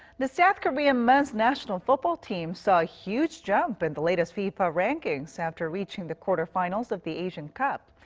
the south korean men's national football team saw a huge jump in and the latest fifa rankings after reaching the quarterfinals of the asian cup.